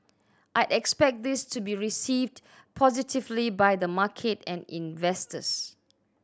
I'd expect this to be received positively by the market and investors